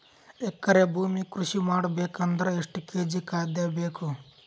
ಎಕರೆ ಭೂಮಿ ಕೃಷಿ ಮಾಡಬೇಕು ಅಂದ್ರ ಎಷ್ಟ ಕೇಜಿ ಖಾದ್ಯ ಬೇಕು?